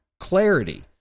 Clarity